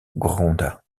gronda